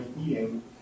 eating